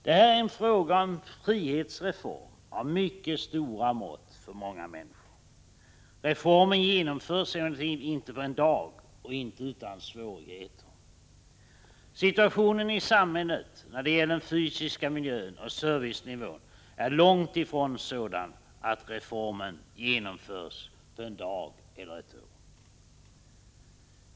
Det är här fråga om en frihetsreform av mycket stora mått för många människor. Reformen genomförs emellertid inte på en dag och inte utan svårigheter. Situationen i samhället när det gäller den fysiska miljön och servicenivån är långt ifrån sådan att reformen genomförs på en dag eller ett år.